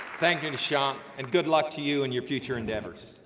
thank you, nishant, and good luck to you and your future endeavors.